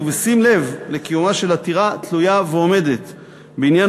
ובשים לב לקיומה של עתירה תלויה ועומדת בעניין